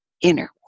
inner